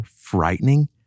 frightening